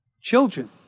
children